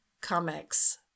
comics